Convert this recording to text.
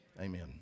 Amen